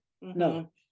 no